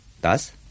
Thus